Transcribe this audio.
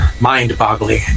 mind-boggling